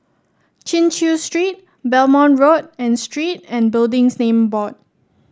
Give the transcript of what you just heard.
Chin Chew Street Belmont Road and Street and Buildings Name Board